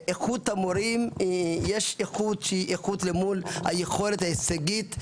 יש איכות של היכולת ההישגית הלימודית,